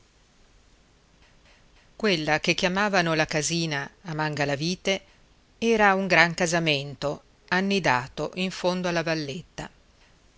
quella che chiamavano la casina a mangalavite era un gran casamento annidato in fondo alla valletta